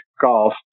Golf